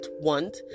want